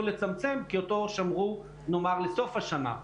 לצמצם כי אותו שמרו נאמר לסוף השנה,